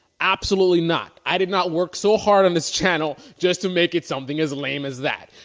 absolutely not! i did not work so hard on this channel just to make it something as lame as that.